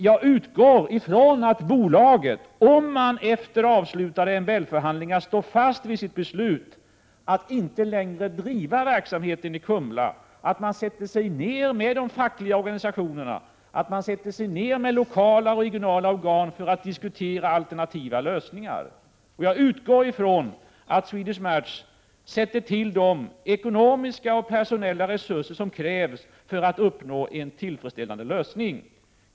Jag utgår ifrån att bolaget, om man efter avslutade MBL-förhandlingar står fast vid sitt beslut att inte längre driva verksamheten i Kumla, med de fackliga organisationerna, lokala och regionala organ diskuterar alternativa lösningar. Jag utgår från att Swedish Match sätter in de ekonomiska och personella resurser som krävs för att uppnå en tillfredsställande lösning.